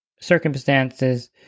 circumstances